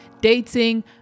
dating